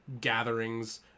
gatherings